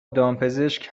دامپزشک